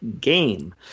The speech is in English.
game